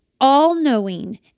all-knowing